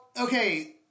okay